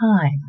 time